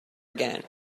again